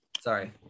sorry